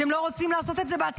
אתם לא רוצים לעשות את זה בעצמכם,